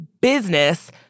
business